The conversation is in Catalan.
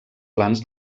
plans